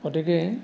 गथिखे